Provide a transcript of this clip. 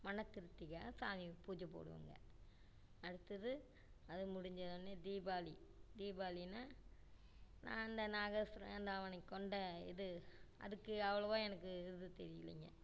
மனத்திருப்திக்காக சாமிக்கு பூஜை போடுவோங்க அடுத்தது அது முடிஞ்சவொடனே தீபாவளி தீபாவளின்னா நான் அந்த இந்த நாகாஸ்ஸுரன் அந்த அவனைக் கொன்ற இது அதுக்கு அவ்வளவா எனக்கு இது தெரியிலங்க